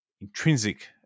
intrinsic